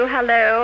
Hello